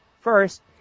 first